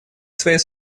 своей